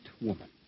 woman